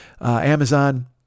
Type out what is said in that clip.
Amazon